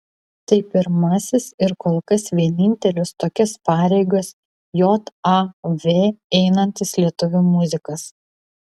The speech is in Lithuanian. tai pirmasis ir kol kas vienintelis tokias pareigas jav einantis lietuvių muzikas